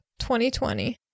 2020